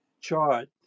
chart